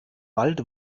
wald